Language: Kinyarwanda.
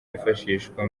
yifashishwa